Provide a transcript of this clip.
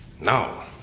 No